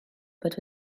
bod